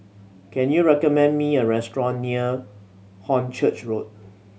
can you recommend me a restaurant near Hornchurch Road